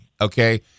okay